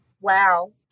Wow